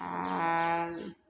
आ